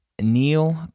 Neil